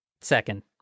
Second